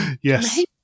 yes